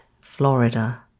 Florida